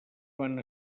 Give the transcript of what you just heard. van